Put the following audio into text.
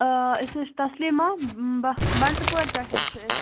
آ أسۍ حظ چھِ تسلیٖمہ بَنٛڈٕ پورٕ پٮ۪ٹھ حظ چھِ أسۍ